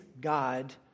God